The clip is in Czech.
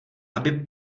aby